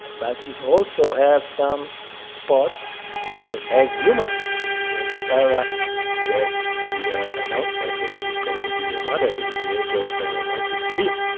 but it also have some spots that has humor in it. when sarah gets the ah announcement that she's going to be a mother in the age of ninety-three,